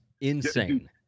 insane